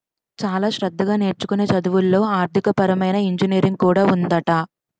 చాలా శ్రద్ధగా నేర్చుకునే చదువుల్లో ఆర్థికపరమైన ఇంజనీరింగ్ కూడా ఉందట